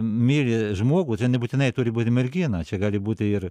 myli žmogų ten nebūtinai turi būti mergina čia gali būti ir